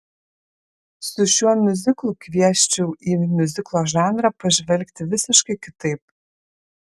su šiuo miuziklu kviesčiau į miuziklo žanrą pažvelgti visiškai kitaip